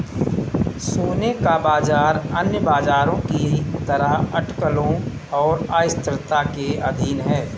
सोने का बाजार अन्य बाजारों की तरह अटकलों और अस्थिरता के अधीन है